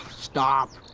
stop.